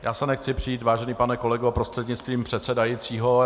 Já se nechci přít, vážený pane kolego prostřednictvím předsedajícího.